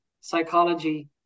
psychology